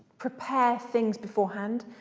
prepare things beforehand.